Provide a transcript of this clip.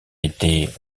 été